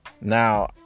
Now